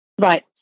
Right